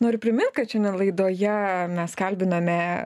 noriu primint kad šiandien laidoje mes kalbinome